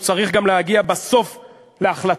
צריך גם להגיע בסוף להחלטות,